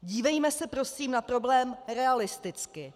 Dívejme se prosím na problém realisticky.